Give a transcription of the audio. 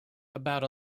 about